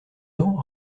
dents